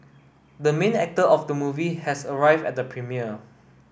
the main actor of the movie has arrived at the premiere